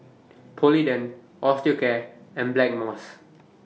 Polident Osteocare and Blackmores